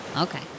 Okay